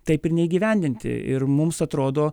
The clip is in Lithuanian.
taip ir neįgyvendinti ir mums atrodo